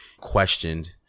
questioned